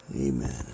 Amen